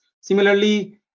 similarly